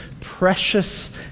precious